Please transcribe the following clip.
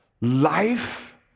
life